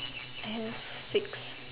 hands sick